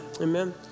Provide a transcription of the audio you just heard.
amen